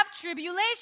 tribulation